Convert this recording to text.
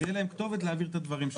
תהיה להם כתובת להעביר את הדברים שלהם.